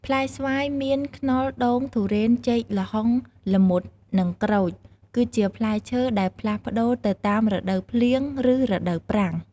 ផ្លែស្វាយ មៀន ខ្នុរ ដូង ធូរ៉េន ចេក ល្ហុង ល្មុត និងក្រូច គឺជាផ្លែឈើដែលផ្លាស់ប្តូរទៅតាមរដូវភ្លៀង ឬរដូវប្រាំង។